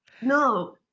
no